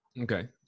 Okay